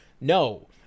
No